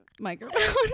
microphone